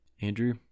andrew